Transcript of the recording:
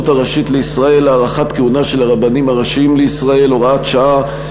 הראשית לישראל (הארכת כהונה של הרבנים הראשיים לישראל) (הוראת שעה),